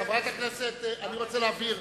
חברת הכנסת, אני רוצה להבהיר.